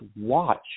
watch